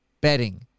betting